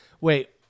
Wait